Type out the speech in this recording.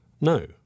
no